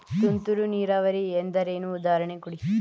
ತುಂತುರು ನೀರಾವರಿ ಎಂದರೇನು, ಉದಾಹರಣೆ ಕೊಡಿ?